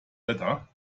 letter